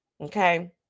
okay